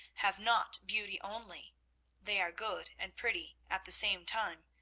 have not beauty only they are good and pretty at the same time.